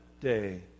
day